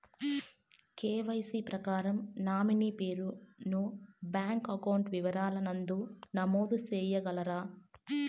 KYC ప్రకారం nominee పేరు ను బ్యాంకు అకౌంట్ వివరాల నందు నమోదు సేయగలరా?